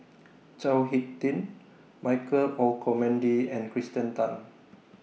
Chao Hick Tin Michael Olcomendy and Kirsten Tan